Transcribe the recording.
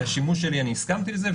השימוש שלי אני הסכמתי לזה,